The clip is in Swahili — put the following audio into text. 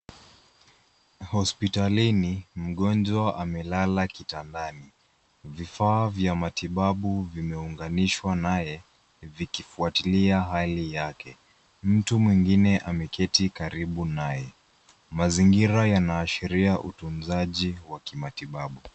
Hosipitalini, mgonjwa amelala kitandani. Vifaa vya matibabu vimeunganishwa naye vikifuatilia hali yake. Mtu mwingine ameketi karibu naye. Mazingira yanaashiria utunzaji wa kimatibabu.